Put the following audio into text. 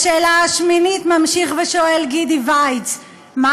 בשאלה השמינית ממשיך ושואל גידי וייץ: מה